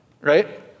right